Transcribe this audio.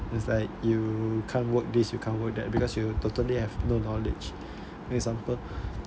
it's like you can't work this you can't work that because you totally have no knowledge example